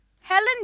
helen